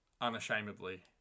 unashamedly